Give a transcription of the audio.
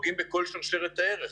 פוגעים בכל שרשרת הערך,